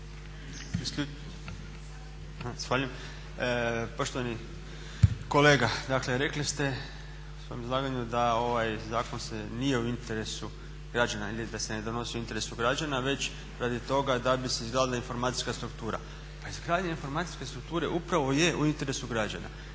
Poštovani kolega, dakle rekli ste u svom izlaganju da ovaj zakon nije u interesu građana ili da se ne donosi u interesu građana već radi toga da bi se izgradila informacijska struktura. Pa izgradnja informacijske strukture upravo je u interesu građana.